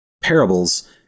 parables